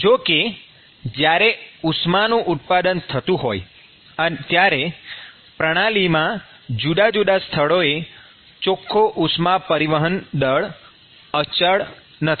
જો કે જ્યારે ઉષ્માનું ઉત્પાદન થતું હોય ત્યારે પ્રણાલીમાં જુદા જુદા સ્થળોએ ચોખ્ખો ઉષ્મા પરિવહન દર અચળ નથી